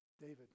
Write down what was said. David